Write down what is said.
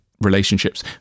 relationships